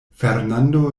fernando